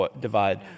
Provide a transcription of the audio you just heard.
divide